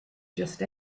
just